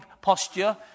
posture